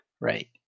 right